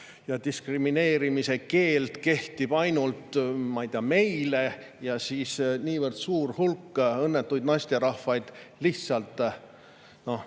ja diskrimineerimise keeld kehtib ainult, ma ei tea, meile, ja niivõrd suur hulk õnnetuid naisterahvaid lihtsalt